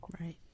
Right